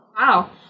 Wow